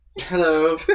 Hello